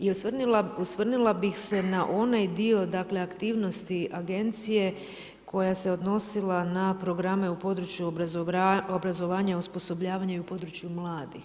I osvrnula bi se na onaj dio aktivnosti agencije koja se odnosila na programe u području obrazovanja, osposobljavanja i u području mladih.